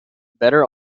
better